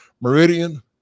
Meridian